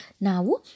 Now